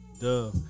Duh